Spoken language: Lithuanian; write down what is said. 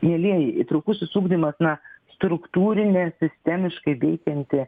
mielieji įtraukusis ugdymas na struktūrinė sistemiškai veikianti